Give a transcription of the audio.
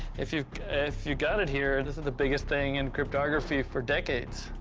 if you if you got it here, this is the biggest thing in cryptography for decades.